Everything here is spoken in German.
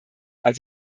als